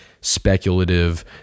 speculative